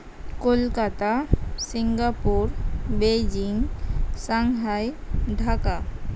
Kolkata Singapore Beijing Shanghai Dhaka